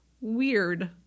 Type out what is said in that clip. weird